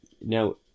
Now